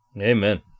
Amen